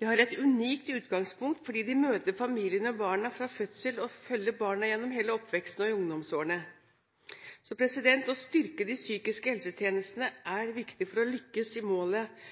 De har et unikt utgangspunkt fordi de møter familiene og barna fra fødselen og følger barna gjennom hele oppveksten og i ungdomsårene. Å styrke de psykiske helsetjenestene er viktig for å lykkes i målet